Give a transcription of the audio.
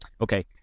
Okay